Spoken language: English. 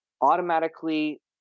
automatically